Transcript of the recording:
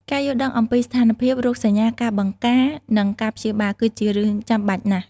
ការយល់ដឹងអំពីស្ថានភាព រោគសញ្ញា ការបង្ការ និងការព្យាបាល គឺជារឿងចាំបាច់ណាស់។